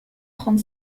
trente